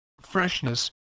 freshness